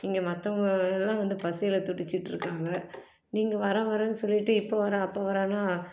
இங்கே மற்றவங்க எல்லாம் வந்து பசியில் துடிச்சிட்டுருக்காங்க நீங்கள் வரேன் வரேன்னு சொல்லிட்டு இப்போ வரேன் அப்போ வரேன்னா